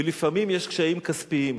ולפעמים יש קשיים כספיים,